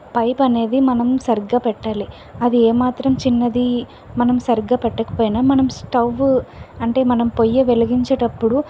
pipe అనేది మనం సరిగ్గా పెట్టాలి అది ఏమాత్రం చిన్నది మనం సరిగ్గా పెట్టకపోయినా మనం స్టవ్ అంటే మనం పొయ్య వెలిగించేటప్పుడు